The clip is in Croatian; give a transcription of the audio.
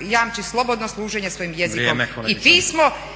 jamči slobodno služenje svojim jezikom i pismo